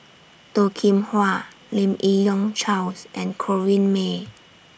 Toh Kim Hwa Lim Yi Yong Charles and Corrinne May